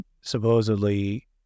supposedly